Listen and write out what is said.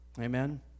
Amen